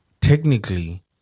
technically